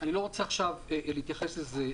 אני לא רוצה עכשיו להתייחס לזה,